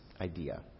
idea